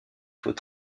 faut